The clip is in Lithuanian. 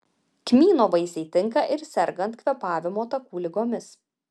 kmyno vaisiai tinka ir sergant kvėpavimo takų ligomis